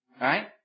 Right